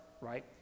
right